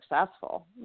successful